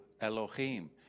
Elohim